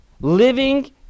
living